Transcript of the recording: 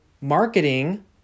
marketing